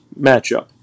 matchup